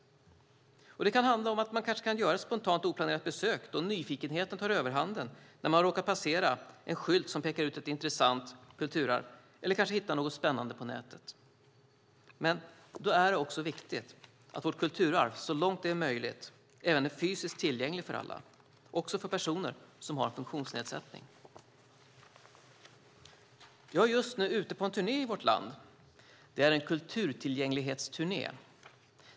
Det kan handla om att man kanske kan göra ett spontant, oplanerat besök när nyfikenheten tar överhanden när man råkar passera en skylt som pekar ut ett intressant kulturarv eller hittar något spännande på nätet. Men då är det också viktigt att vårt kulturarv så långt det är möjligt är fysiskt tillgängligt för alla, också för personer som har funktionsnedsättning. Jag är just nu ute på en turné i vårt land. Det är en kulturtillgänglighetsturné.